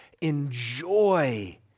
enjoy